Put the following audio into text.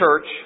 church